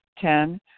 Ten